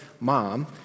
mom